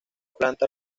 planta